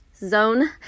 zone